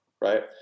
right